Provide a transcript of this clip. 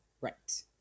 right